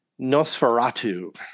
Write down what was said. Nosferatu